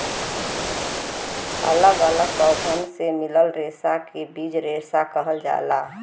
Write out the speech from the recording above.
अलग अलग पौधन से मिलल रेसा के बीज रेसा कहल जाला